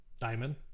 diamond